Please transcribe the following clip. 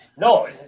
no